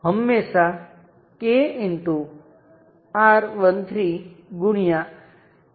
તેથી હું આ કરી શકું છું તેથી હું તે બંનેને એકબીજાં સાથે જોડું છું